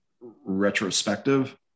retrospective